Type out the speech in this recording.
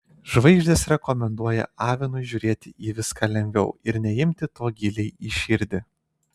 žvaigždės rekomenduoja avinui žiūrėti į viską lengviau ir neimti to giliai į širdį